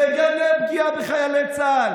תגנה פגיעה בחיילי צה"ל.